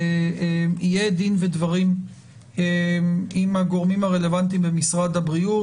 יהיה דין ודברים עם הגורמים הרלוונטיים במשרד הבריאות.